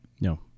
No